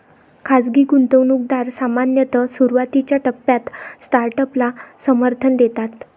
खाजगी गुंतवणूकदार सामान्यतः सुरुवातीच्या टप्प्यात स्टार्टअपला समर्थन देतात